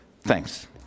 Thanks